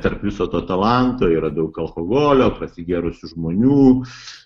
tarp viso to talanto yra daug alkoholio prasigėrusių žmonių